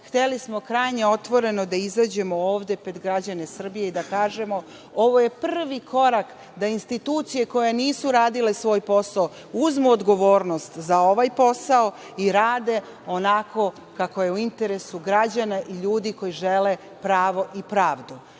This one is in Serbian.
Hteli smo krajnje otvoreno da izađemo ovde pred građane Srbije i da kažemo – ovo je prvi korak da institucije koje nisu radile svoj posao uzmu odgovornost za ovaj posao i rade onako kako je u interesu građana i ljudi koji žele pravo i pravdu. Prema